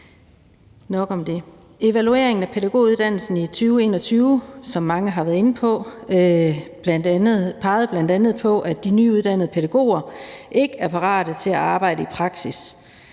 Evalueringen af pædagoguddannelsen i 2021, som mange har været inde på, pegede bl.a. på, at de nyuddannede pædagoger ikke er parat til at arbejde i praksis,